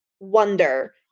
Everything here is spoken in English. wonder